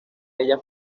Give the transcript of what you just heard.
ella